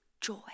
joy